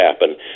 happen